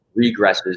regresses